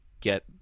get